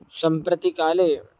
सम्प्रति काले